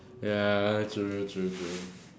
ya true true true true